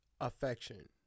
affection